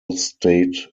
state